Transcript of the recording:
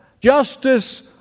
justice